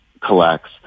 collects